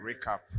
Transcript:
recap